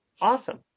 awesome